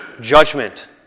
judgment